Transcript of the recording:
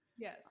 Yes